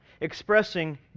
expressing